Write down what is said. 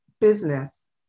business